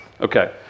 Okay